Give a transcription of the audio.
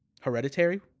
hereditary